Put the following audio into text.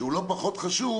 שהוא לא פחות חשוב,